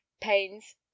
pains